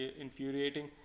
infuriating